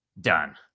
done